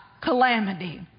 Calamity